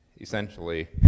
essentially